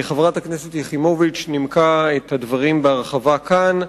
חברת הכנסת יחימוביץ נימקה את הדברים בהרחבה כאן.